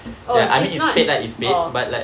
oh it's not oh